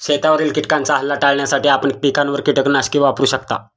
शेतावरील किटकांचा हल्ला टाळण्यासाठी आपण पिकांवर कीटकनाशके वापरू शकता